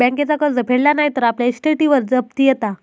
बँकेचा कर्ज फेडला नाय तर आपल्या इस्टेटीवर जप्ती येता